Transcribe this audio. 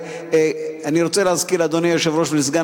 אני רוצה להזכיר לאדוני היושב-ראש ולסגן